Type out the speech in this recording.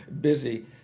busy